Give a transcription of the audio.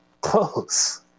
close